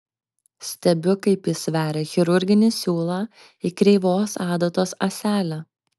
stebiu kaip jis veria chirurginį siūlą į kreivos adatos ąselę